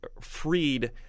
freed